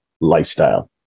lifestyle